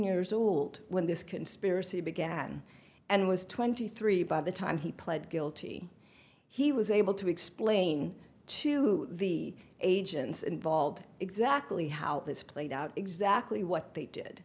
years old when this conspiracy began and was twenty three by the time he pled guilty he was able to explain to the agents involved exactly how this played out exactly what they did